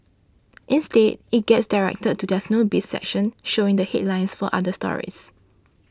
instead it gets directed to their Showbiz section showing the headlines for other stories